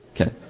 Okay